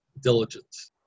diligence